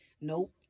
Nope